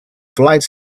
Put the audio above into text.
flight